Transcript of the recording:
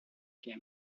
que